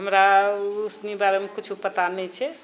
हमरा उसनी बारेमे किछु पता नहि छै